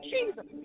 Jesus